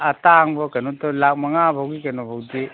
ꯑꯇꯥꯡꯕ ꯀꯩꯅꯣ ꯂꯥꯛ ꯃꯉꯥ ꯐꯥꯎꯒꯤ ꯀꯩꯅꯣ ꯐꯥꯎꯗꯤ